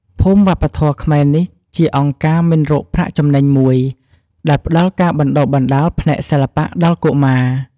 ភូមិវប្បធម៌ខ្មែរនេះជាអង្គការមិនរកប្រាក់ចំណេញមួយ ដែលផ្តល់ការបណ្តុះបណ្តាលផ្នែកសិល្បៈដល់កុមារ ។